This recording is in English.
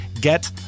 Get